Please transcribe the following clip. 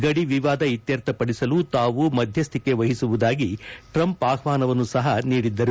ಗಡಿವಿವಾದ ಇತ್ಸರ್ಥ ಪಡಿಸಲು ತಾವು ಮಧ್ಯಸ್ಥಿಕೆ ವಹಿಸುವುದಾಗಿ ಟ್ರಂಪ್ ಆಹ್ಲಾನವನ್ನು ಸಹ ನೀಡಿದ್ದರು